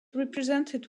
represented